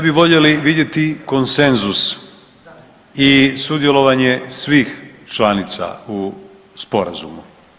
bi voljeli vidjeti konsenzus i sudjelovanje svih članica u sporazumu.